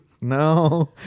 no